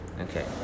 Okay